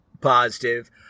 positive